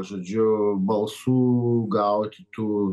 žodžiu balsų gauti tų